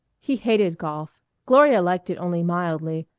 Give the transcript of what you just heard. he hated golf gloria liked it only mildly,